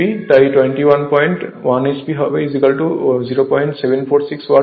তাই 211 hp0746 kilowatt হবে